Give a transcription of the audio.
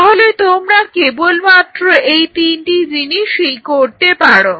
তাহলে তোমরা কেবলমাত্র এই তিনটি জিনিসই করতে পারো